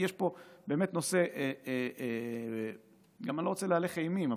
ואני גם לא רוצה להלך אימים,